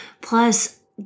Plus